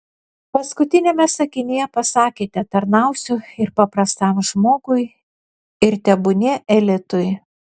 paskutiniame sakinyje pasakėte tarnausiu ir paprastam žmogui ir tebūnie elitui